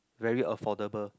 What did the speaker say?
very affordable